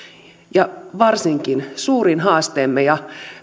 varsinkin suurin haasteemme ja